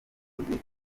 ubutitsa